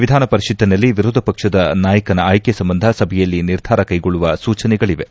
ವಿಧಾನಪರಿಷತ್ತಿನಲ್ಲಿ ವಿರೋಧ ಪಕ್ಷದ ನಾಯಕನ ಆಯ್ಕೆ ಸಂಬಂಧ ಸಭೆಯಲ್ಲಿ ನಿರ್ಧಾರ ಕೈಗೊಳ್ಳುವ ಸೂಚನೆಗಳಿವೆ